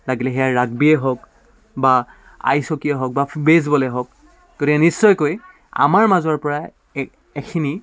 লাগিলে সেয়া ৰাগবিয়েই হওক বা আইচ হকীয়ে হওক বা বেছবলেই হওক গতিকে নিশ্চয়কৈ আমাৰ মাজৰ পৰা এ এখিনি